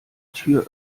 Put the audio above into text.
tür